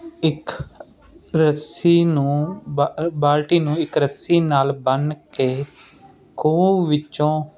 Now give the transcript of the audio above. ਇੱਕ ਰੱਸੀ ਨੂੰ ਬਾਲਟੀ ਨੂੰ ਇੱਕ ਰੱਸੀ ਨਾਲ ਬੰਨ ਕੇ ਖੂਹ ਵਿੱਚੋ